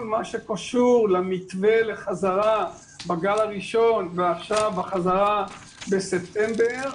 מה שקשור למתווה לחזרה בגל הראשון ועכשיו החזרה בספטמבר,